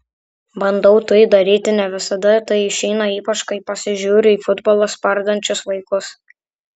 bandau tai daryti ne visada tai išeina ypač kai pasižiūriu į futbolą spardančius vaikus